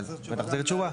נחזיר תשובה.